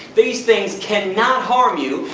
these things cannot harm you,